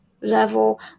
level